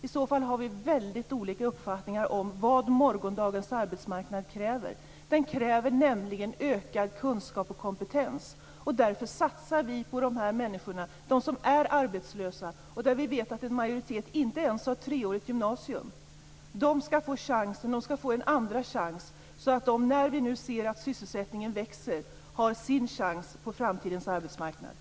I så fall har vi väldigt olika uppfattningar om vad morgondagens arbetsmarknad kräver. Den kräver nämligen ökad kunskap och kompetens. Därför satsar vi på de arbetslösa. Och vi vet att en majoritet av dem inte ens har treårigt gymnasium bakom sig. De skall få en andra chans på framtidens arbetsmarknad nu när vi ser att sysselsättningen ökar.